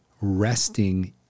resting